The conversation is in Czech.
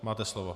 Máte slovo.